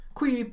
qui